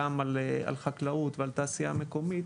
גם על חקלאות ועל התעשייה המקומית,